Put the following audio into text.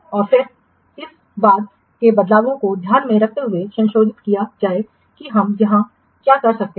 और फिर इस बाद के बदलावों को ध्यान में रखते हुए संशोधित किया जाए कि हम यहां क्या कर सकते हैं